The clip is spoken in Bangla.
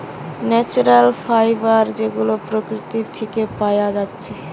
ন্যাচারাল ফাইবার যেগুলা প্রকৃতি থিকে পায়া যাচ্ছে